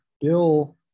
bill